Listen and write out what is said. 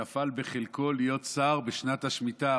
שנפל בחלקו להיות שר בשנת השמיטה,